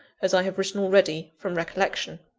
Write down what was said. as i have written already, from recollection.